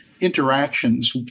interactions